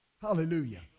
Hallelujah